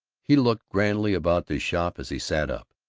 he looked grandly about the shop as he sat up.